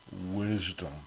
wisdom